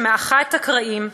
שמאחה את הקרעים,